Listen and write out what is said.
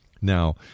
Now